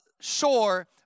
shore